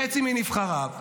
בחצי מנבחריו,